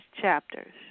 chapters